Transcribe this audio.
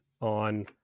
on